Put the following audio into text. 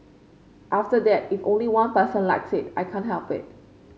after that if only one person likes it I can't help it